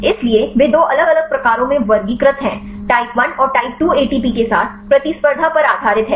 इसलिए वे दो अलग अलग प्रकारों में वर्गीकृत हैं टाइप 1 और टाइप 2 एटीपी के साथ प्रतिस्पर्धा पर आधारित है